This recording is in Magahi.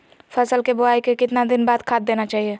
फसल के बोआई के कितना दिन बाद खाद देना चाइए?